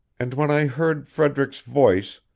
and when i heard frederick's voice,